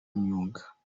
imyuga